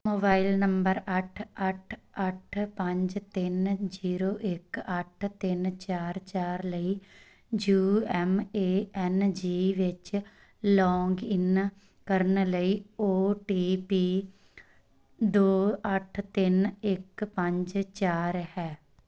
mobile number ਅੱਠ ਅੱਠ ਅੱਠ ਪੰਜ ਤਿੰਨ ਜ਼ੀਰੋ ਇੱਕ ਅੱਠ ਤਿੰਨ ਚਾਰ ਚਾਰ ਲਈ U M A N G ਵਿੱਚ ਲੌਂਗਇਨ ਕਰਨ ਲਈ ਓ ਟੀ ਪੀ ਦੋ ਅੱਠ ਤਿੰਨ ਇੱਕ ਪੰਜ ਚਾਰ ਹੈ